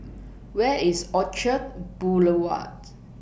Where IS Orchard Boulevard